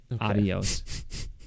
Adios